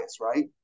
right